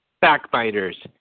backbiters